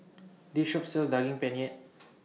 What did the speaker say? This Shop sells Daging Penyet